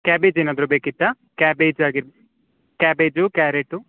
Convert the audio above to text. cabbage ಏನಾದರೂ ಬೇಕಿತ್ತ cabbage ಆಗಿ ಕ್ಯಾಬೇಜು ಕ್ಯಾರೇಟು